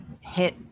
hit